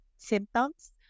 symptoms